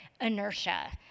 inertia